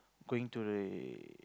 going to the